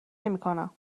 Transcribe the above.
نمیکنم